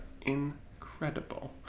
incredible